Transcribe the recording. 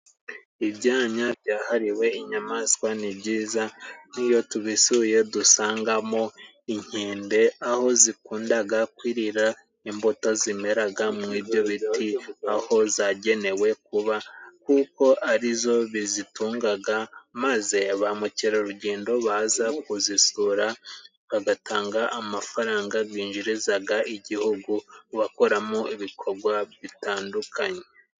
Ibyanya byahariwe inyamaswa ni byiza, n'iyo tubisuye dusangamo inkende aho zikundaga kwirira imbuto zimeraga mu ibyo biti, aho zagenewe kuba, kuko ari byo bizitungaga maze ba mukerarugendo baza kuzisura, bagatanga amafaranga binjirizaga igihugu bakoramo ibikogwa bitandukanye.